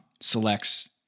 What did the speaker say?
selects